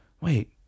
Wait